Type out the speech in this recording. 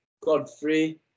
Godfrey